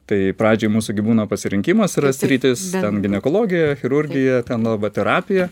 tai pradžioj mūsų gi būna pasirinkimas yra sritys ginekologija chirurgija ten arba terapija